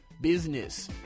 Business